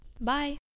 Bye